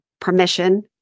permission